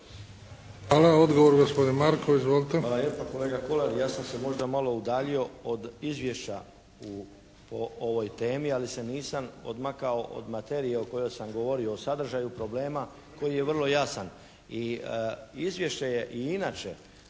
Hvala. Odgovor gospodin Markov. Izvolite. **Markov, Ante (HSS)** Hvala lijepo. Kolega Kolar, ja sam se možda malo udaljio od izvješća po ovoj temi, ali se nisam odmakao od materije o kojoj sam govorio, o sadržaju problema koji je vrlo jasan. Izvještaj je i inače